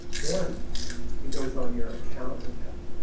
then it goes on your account in health